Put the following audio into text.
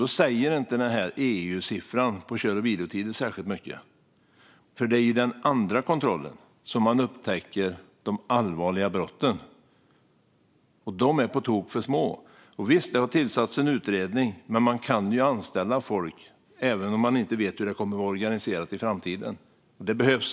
Då säger inte EU-siffran för kör och vilotider särskilt mycket, för det är vid den andra kontrollen som de allvarliga brotten upptäcks. Men de kontrollerna är på tok för få. Visst har det tillsatts en utredning, men man kan anställa folk även om man inte vet hur det kommer att vara organiserat i framtiden. Det behövs.